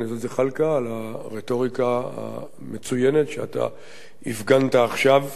על הרטוריקה המצוינת שאתה הפגנת עכשיו כאן,